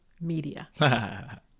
media